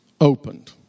opened